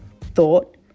thought